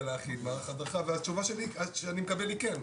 מערך הדרכה והתשובה שאני מקבל היא כן,